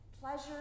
pleasure